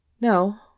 No